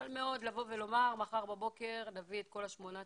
קל מאוד לומר שמחר בבוקר נביא את כל ה-8,000,